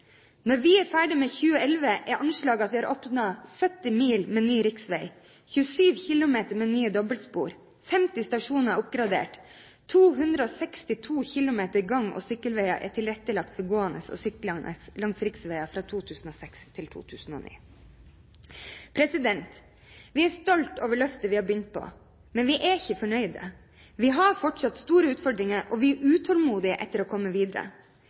Når vi er ferdig med 2011, er anslaget at vi vil ha åpnet 70 mil med ny riksvei og 27 kilometer med nye dobbeltspor. 50 stasjoner er oppgradert. Fra 2006 til 2009 ble 262 kilometer med gang- og sykkelvei tilrettelagt for gående og syklende langs riksveier. Vi er stolte over løftet vi har begynt på, men vi er ikke fornøyde. Vi har fortsatt store utfordringer, og vi er utålmodige etter å komme videre.